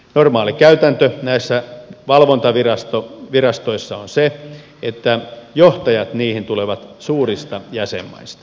normaali käytäntö näissä valvontavirastoissa on se että johtajat niihin tulevat suurista jäsenmaista